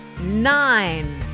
nine